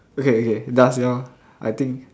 okay okay does your I think